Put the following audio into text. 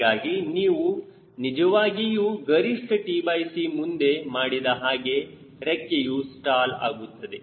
ಹೀಗಾಗಿ ನೀವು ನಿಜವಾಗಿಯೂ ಗರಿಷ್ಠ tc ಮುಂದೆ ಮಾಡಿದ ಹಾಗೆ ರೆಕ್ಕೆಯು ಸ್ಟಾಲ್ ಆಗುತ್ತದೆ